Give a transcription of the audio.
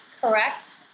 correct